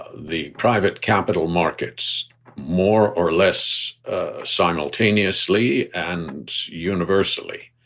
the private capital markets more or less simultaneously and universally